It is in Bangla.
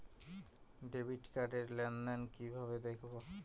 ডেবিট কার্ড র লেনদেন কিভাবে দেখবো?